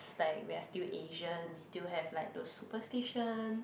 it's like we're still Asian we still have like those superstition